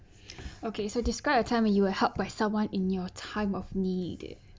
okay so describe your time when you were helped by someone in your time of need